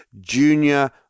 Junior